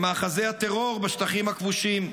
למאחזי הטרור בשטחים הכבושים,